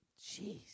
Jeez